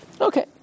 Okay